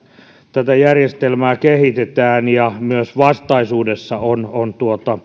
tätä järjestelmää kehitetään ja myös vastaisuudessa on on